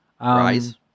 Rise